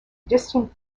distant